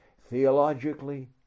theologically